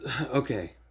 Okay